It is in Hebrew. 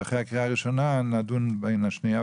ואחרי הקריאה הראשונה נדון בין השנייה